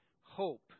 hope